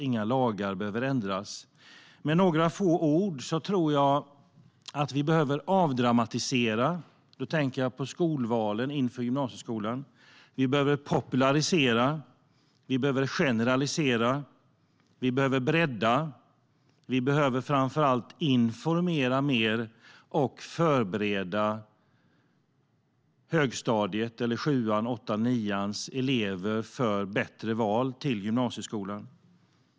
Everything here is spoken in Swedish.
Inga lagar behöver ändras. Med några få ord tror jag att vi behöver avdramatisera - då tänker jag på skolvalen inför gymnasieskolan - popularisera, generalisera, bredda och framför allt informera mer och förbereda högstadiets elever, så att de kan göra bättre val till gymnasieskolan.